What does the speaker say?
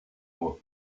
moi